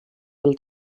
del